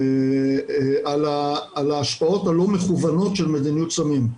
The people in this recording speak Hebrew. על ההשפעות הלא מכוונות של מדיניות סמים.